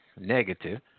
negative